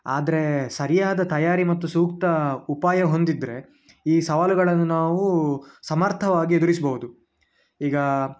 ಆದ್ರೆ ಸರಿಯಾದ ತಯಾರಿ ಮತ್ತು ಸೂಕ್ತ ಉಪಾಯ ಹೊಂದಿದ್ದರೆ ಈ ಸವಾಲುಗಳನ್ನು ನಾವು ಸಮರ್ಥವಾಗಿ ಎದುರಿಸಬಹುದು ಈಗ